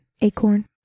acorn